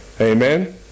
Amen